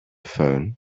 phone